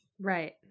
right